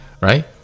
right